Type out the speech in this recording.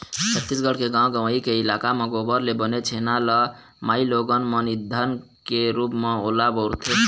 छत्तीसगढ़ के गाँव गंवई के इलाका म गोबर ले बने छेना ल माइलोगन मन ईधन के रुप म ओला बउरथे